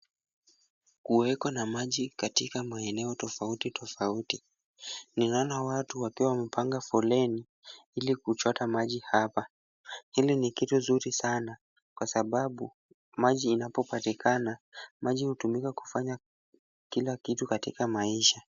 Kuweko na maji katika maeneo tofauti tofauti. Ninaona watu wakiwa wamepanga foleni ili kuchota maji hapa. Hili ni kitu nzuri sana, kwa sababu maji inapopatikana, maji hutumika kufanya kila kitu katika maisha.